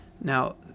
Now